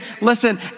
listen